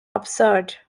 absurd